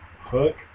Hook